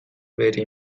بری